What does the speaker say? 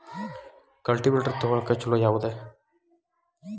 Cultivator ತೊಗೊಳಕ್ಕ ಛಲೋ ಯಾವದ?